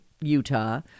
Utah